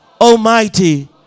Almighty